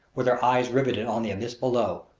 with our eyes riveted on the abyss below,